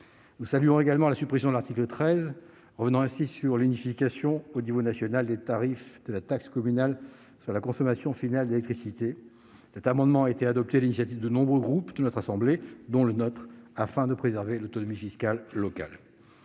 Nous saluons également la suppression de l'article 13, laquelle permet ainsi de revenir sur l'unification au niveau national des tarifs de la taxe communale sur la consommation finale d'électricité. Cet amendement de suppression a été adopté sur l'initiative de nombreux groupes de notre assemblée, dont le nôtre, afin de préserver l'autonomie fiscale locale.